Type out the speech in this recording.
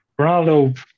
Ronaldo